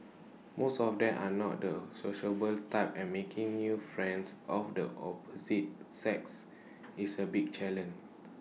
most of them are not the sociable type and making new friends of the opposite sex is A big challenge